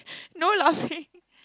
no laughing